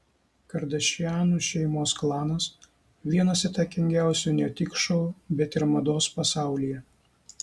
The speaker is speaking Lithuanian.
kardašianų šeimos klanas vienas įtakingiausių ne tik šou bet ir mados pasaulyje